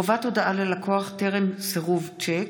(חובת הודעה ללקוח טרם סירוב שיק),